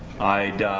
i'd